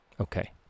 Okay